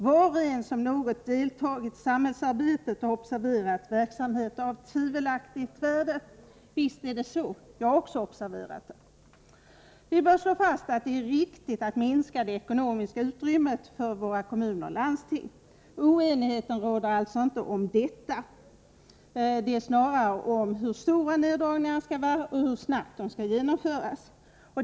Var och en som något deltagit i samhällsarbetet har observerat verksamheter av tvivelaktigt ——— värde.” Visst är det så. Jag har också observerat detta. Vi bör slå fast att det är riktigt att minska det ekonomiska utrymmet för våra kommuner och landsting. Oenighet råder alltså inte om detta, snarare om hur stora neddragningarna måste vara och hur snabbt de skall genomföras.